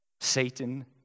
Satan